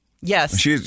Yes